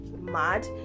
mad